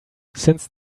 since